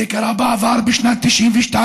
זה קרה בעבר, בשנת 1992,